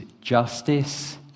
justice